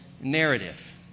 narrative